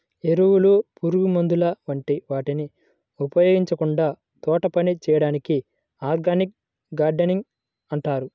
ఎరువులు, పురుగుమందుల వంటి వాటిని ఉపయోగించకుండా తోటపని చేయడాన్ని ఆర్గానిక్ గార్డెనింగ్ అంటారు